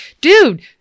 dude